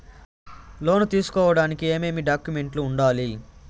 లోను తీసుకోడానికి ఏమేమి డాక్యుమెంట్లు ఉండాలి